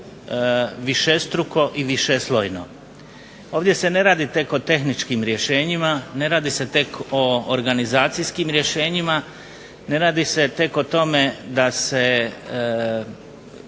višestruko i višeslojno. Ovdje se ne radi tek o tehničkim rješenjima, ne radi se tek o organizacijskim rješenjima, ne radi se tek o tome da se